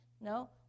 No